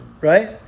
right